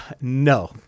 No